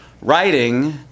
writing